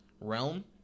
realm